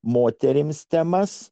moterims temas